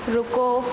रुको